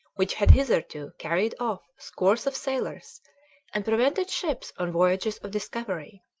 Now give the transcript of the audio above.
which had hitherto carried off scores of sailors and prevented ships on voyages of discovery,